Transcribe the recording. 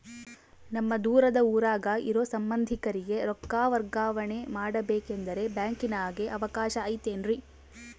ನಮ್ಮ ದೂರದ ಊರಾಗ ಇರೋ ಸಂಬಂಧಿಕರಿಗೆ ರೊಕ್ಕ ವರ್ಗಾವಣೆ ಮಾಡಬೇಕೆಂದರೆ ಬ್ಯಾಂಕಿನಾಗೆ ಅವಕಾಶ ಐತೇನ್ರಿ?